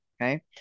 okay